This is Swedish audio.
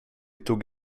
tog